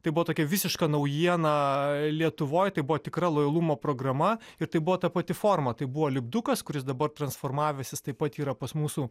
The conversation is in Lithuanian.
tai buvo tokia visiška naujiena lietuvoj tai buvo tikra lojalumo programa ir tai buvo ta pati forma tai buvo lipdukas kuris dabar transformavęsis taip pat yra pas mūsų